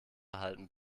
erhalten